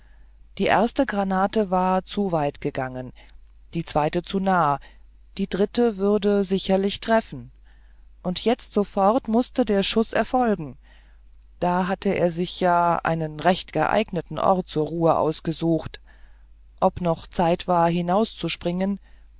die erste granate war zu weit gegangen die zweite zu nahe die dritte würde sicherlich treffen und jetzt sofort mußte der schuß erfolgen da hatte er sich ja einen recht geeigneten ort zur ruhe ausgesucht ob noch zeit war